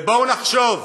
ובואו נחשוב,